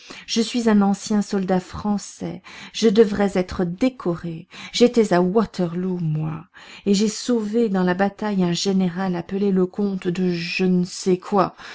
je suis un ancien soldat français je devrais être décoré j'étais à waterloo moi et j'ai sauvé dans la bataille un général appelé le comte de je ne sais quoi